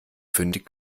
fündig